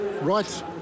right